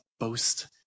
boast